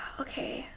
okay,